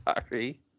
sorry